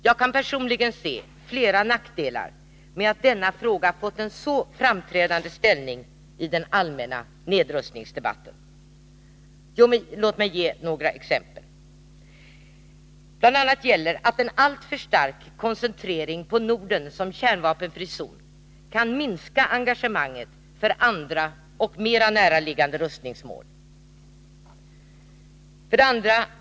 Jag kan personligen se flera nackdelar med att denna fråga fått en så framträdande ställning i den allmänna nedrustningsdebatten. Låt mig ge några exempel. 1. En alltför stark koncentrering på Norden som kärnvapenfri zon kan minska engagemanget för andra och mera näraliggande nedrustningsmål. 2.